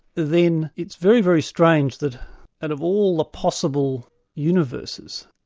then it's very, very strange that out of all the possible universes,